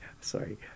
Sorry